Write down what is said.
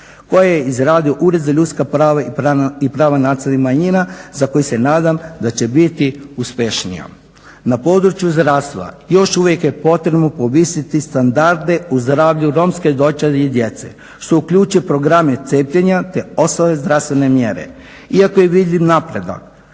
je izradio Ured za ljudska prava i prava nacionalnih manjina za koje se nadam da će biti uspješnija. Na području zdravstva još uvijek je potrebno povisiti standarde u zdravlju Romske dojenčadi i djece što uključuje programa cijepljenja te ostale zdravstvene mjere. Iako je vidljiv napredak